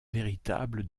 véritable